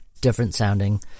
different-sounding